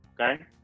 okay